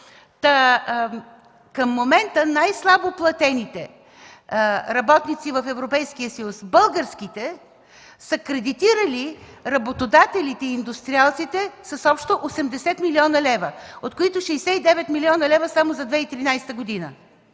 Към момента най-слабо платените работници в Европейския съюз – българските, са кредитирали работодателите и индустриалците с общо 80 млн. лв., от които 69 млн. лв. само за 2013 г.